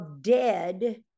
dead